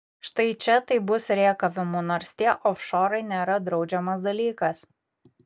štai čia tai bus rėkavimų nors tie ofšorai nėra draudžiamas dalykas